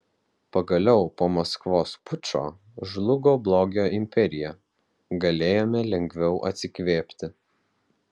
pagaliau po maskvos pučo žlugo blogio imperija galėjome lengviau atsikvėpti